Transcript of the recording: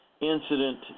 incident